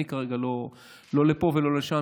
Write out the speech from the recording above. אני כרגע לא לפה ולא לשם.